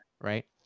right